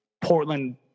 Portland